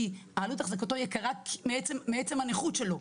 כי עלות אחזקתו יקרה מעצם הנכות שלו.